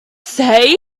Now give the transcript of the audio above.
say